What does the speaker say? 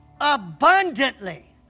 Abundantly